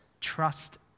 trust